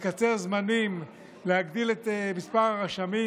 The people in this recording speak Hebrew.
לקצר זמנים, להגדיל את מספר הרשמים.